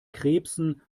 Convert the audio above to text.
krebsen